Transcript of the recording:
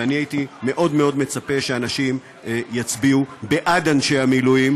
ואני הייתי מאוד מאוד מצפה שאנשים יצביעו בעד אנשי המילואים,